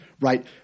right